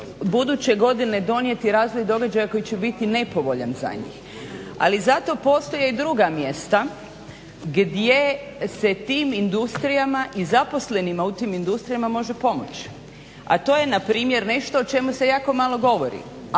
buduće godine donijeti razvoj događaja koji će biti nepovoljan za njih, ali za to postoje i druga mjesta gdje se tim industrijama i zaposlenima u tim industrijama može pomoći, a to je na primjer nešto o čemu se jako malo govori,